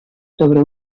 sobre